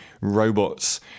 robots